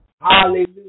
Hallelujah